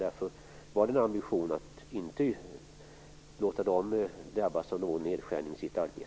Därför har vi ambitionen att inte låta dem drabbas av någon nedskärning i sitt arbete.